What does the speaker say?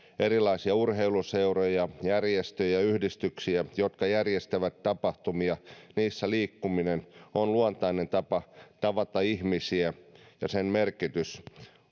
erilaisia urheiluseuroja järjestöjä ja yhdistyksiä jotka järjestävät tapahtumia niissä liikkuminen on luontainen tapa tavata ihmisiä ja sen merkitys